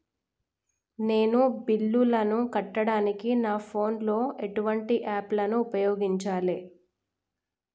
నేను బిల్లులను కట్టడానికి నా ఫోన్ లో ఎటువంటి యాప్ లను ఉపయోగించాలే?